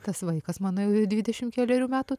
tas vaikas mano jau dvidešimt kelerių metų